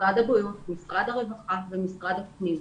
למשרד בריאות, למשרד הרווחה ולמשרד הפנים.